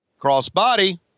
Crossbody